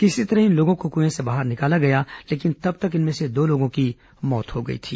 किसी तरह इन लोगों को कुएं से बाहर निकाला गया लेकिन तब तक इनमें से दो लोगों की मौत हो गई थी